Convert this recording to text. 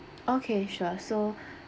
okay sure so